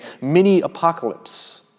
mini-apocalypse